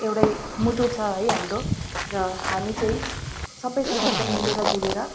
एउटै मुटु छ है हाम्रो र हामी चाहिँ सबैसँग एकदम मिलेर जुलेर